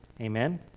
Amen